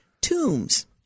tombs